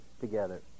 together